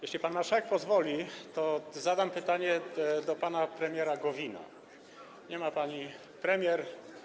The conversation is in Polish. Jeśli pan marszałek pozwoli, to zadam pytanie panu premierowi Gowinowi - nie ma pani premier.